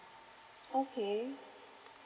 okay